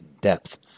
depth